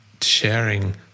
sharing